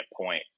point